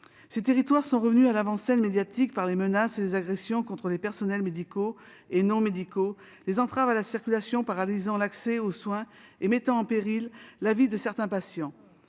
Ces territoires sont revenus à l'avant-scène médiatique, en raison des menaces et des agressions dont ont fait l'objet les personnels médicaux et non médicaux, ainsi que des entraves à la circulation paralysant l'accès aux soins et mettant en péril la vie de certains patients.